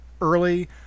early